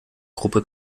gruppe